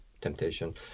temptation